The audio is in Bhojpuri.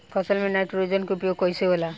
फसल में नाइट्रोजन के उपयोग कइसे होला?